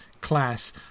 class